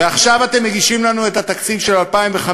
ועכשיו אתם מגישים לנו את התקציב של 2015,